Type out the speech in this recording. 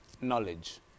knowledge